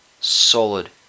Solid